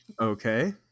okay